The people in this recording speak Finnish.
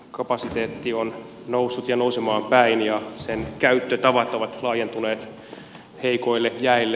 kapasiteetti on noussut ja nousemaan päin ja sen käyttötavat ovat laajentuneet heikoille jäille